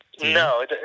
No